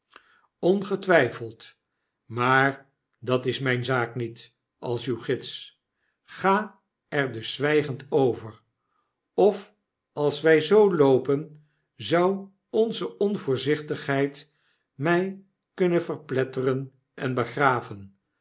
maar dat is mijne zaak niet als uw gids ga er dus zwijgend over of als wij zoo loopen zou onze onvoorzichtigheid mij kunnen verpletteren en begraven